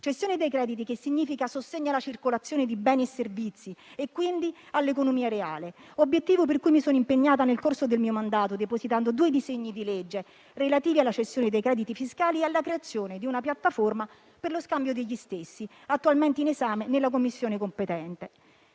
Cessione dei crediti significa sostegno alla circolazione di beni e servizi e quindi all'economia reale, obiettivo per cui mi sono impegnata nel corso del mio mandato, depositando due disegni di legge relativi alla cessione dei crediti fiscali e alla creazione di una piattaforma per lo scambio degli stessi, attualmente in esame nella Commissione competente.